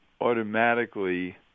automatically